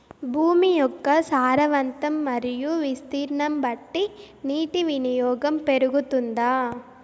భూమి యొక్క సారవంతం మరియు విస్తీర్ణం బట్టి నీటి వినియోగం పెరుగుతుందా?